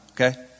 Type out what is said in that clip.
okay